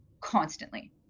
constantly